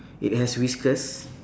it has whiskers